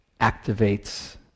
activates